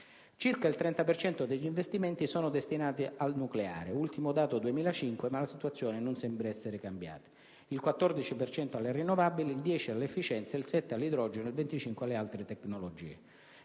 Circa il 30 per cento degli investimenti sono destinati al nucleare (ultimo dato 2005, ma la situazione non sembra essere cambiata), il 14 alle rinnovabili, il 10 all'efficienza, il 7 all'idrogeno, il 25 alle altre tecnologie.